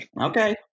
Okay